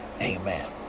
Amen